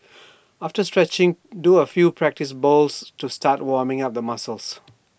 after stretching do A few practice bowls to start warming up the muscles